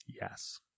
Yes